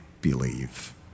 believe